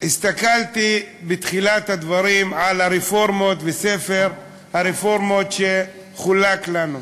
הסתכלתי בתחילת הדברים על הרפורמות בספר הרפורמות שחולק לנו.